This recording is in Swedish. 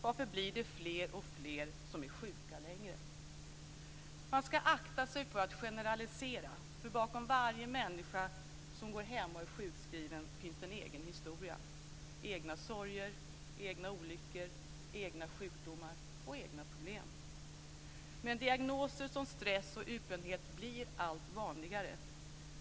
Varför blir det fler och fler som är sjuka längre? Man ska akta sig för att generalisera. Bakom varje människa som går hemma och är sjukskriven finns det en egen historia: egna sorger, egna olyckor, egna sjukdomar och egna problem. Diagnoser som stress och utbrändhet blir allt vanligare.